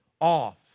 off